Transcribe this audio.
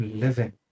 living